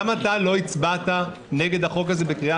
גם אתה לא הצבעת נגד הצעת החוק הזאת בקריאה